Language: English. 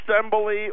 assembly